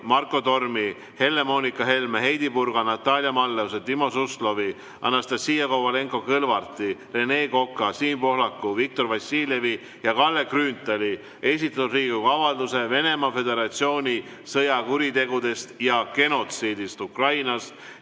Marko Tormi, Helle‑Moonika Helme, Heidy Purga, Natalia Malleuse, Timo Suslovi, Anastassia Kovalenko‑Kõlvarti, Rene Koka, Siim Pohlaku, Viktor Vassiljevi ja Kalle Grünthali esitatud Riigikogu avalduse "Venemaa Föderatsiooni sõjakuritegudest ja genotsiidist Ukrainas"